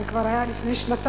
זה כבר היה לפני שנתיים,